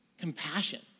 Compassion